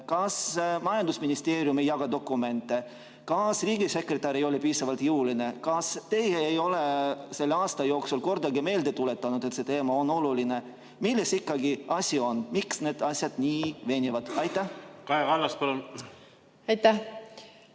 Kas majandusministeerium ei jaga dokumente? Kas riigisekretär ei ole piisavalt jõuline? Kas teie ei ole selle aasta jooksul kordagi meelde tuletanud, et see teema on oluline? Milles ikkagi asi on, miks need asjad nii venivad? Kaja Kallas, palun! Kaja